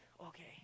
okay